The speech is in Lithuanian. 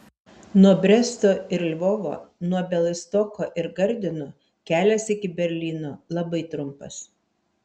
nuo bresto ir lvovo nuo bialystoko ir gardino kelias iki berlyno labai trumpas